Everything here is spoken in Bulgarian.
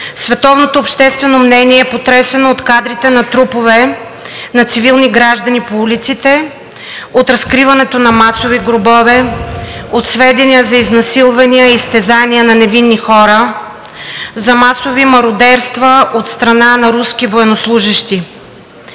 Световното обществено мнение е потресено от кадрите на трупове на цивилни граждани по улиците, от разкриването на масови гробове, от сведения за изнасилвания и изтезания на невинни хора, за масови мародерства от страна на руски военнослужещи.